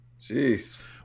Jeez